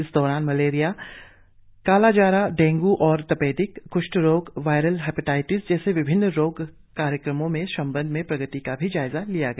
इस दौरान मलेरिया कालाजार डेंगू और तपेदिक क्ष्ठ रोग वायरल हैपेटाइटिस जैसे विभिन्न रोग कार्यक्रमों के संबंध में प्रगति का भी जायजा लिया गया